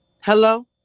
Hello